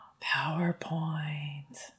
PowerPoint